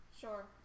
Sure